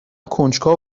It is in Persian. کنجکاو